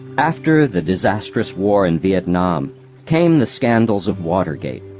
after the disastrous war in vietnam came the scandals of watergate.